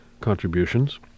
contributions